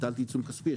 עיצום כספי,